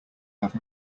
have